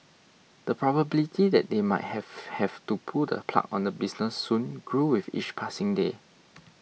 the probability that they might have have to pull the plug on the business soon grew with each passing day